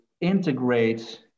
integrate